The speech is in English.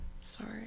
sorry